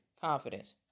confidence